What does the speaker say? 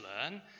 learn